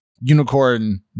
unicorn